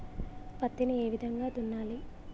పత్తిని ఏ విధంగా దున్నాలి?